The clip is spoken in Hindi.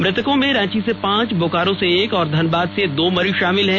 मृतकों में रांची से पांच बोकारो से एक और धनबाद से दो मरीज शामिल हैं